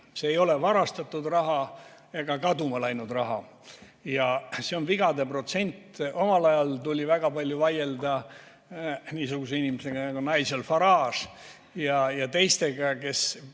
see ei ole varastatud raha ega kaduma läinud raha. See on vigade protsent. Omal ajal tuli väga palju vaielda niisuguse inimesega nagu Nigel Farage ja teistega, ka